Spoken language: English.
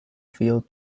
field